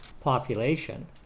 population